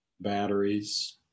batteries